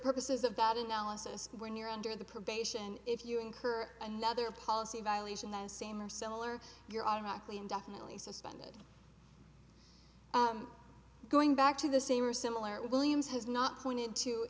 purposes of that analysis when you're under the probation if you incur another policy violation the same or similar you're ironically indefinitely suspended going back to the same or similar williams has not pointed to